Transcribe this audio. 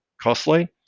costly